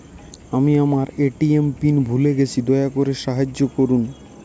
আমি আমার ATM PIN ভুলে গেছি, দয়া করে সাহায্য করুন